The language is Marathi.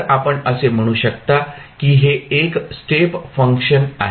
तर आपण असे म्हणू शकता की हे एक स्टेप फंक्शन आहे